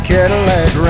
Cadillac